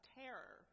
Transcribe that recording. terror